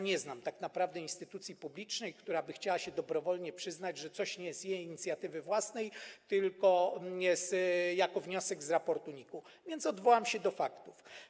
Nie znam, tak naprawdę, instytucji publicznej, która by się chciała dobrowolnie przyznać, że coś nie jest z jej inicjatywy własnej tylko jako wniosek z raportu NIK-u, więc odwołam się do faktów.